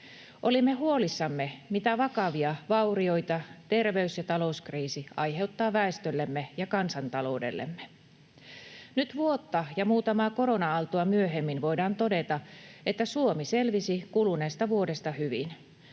Olimme huolissamme siitä, mitä vakavia vaurioita terveys- ja talouskriisi aiheuttaa väestöllemme ja kansantaloudellemme. Nyt vuotta ja muutamaa korona-aaltoa myöhemmin voidaan todeta, että Suomi selvisi kuluneesta vuodesta hyvin.